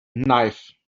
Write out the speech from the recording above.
knife